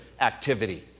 activity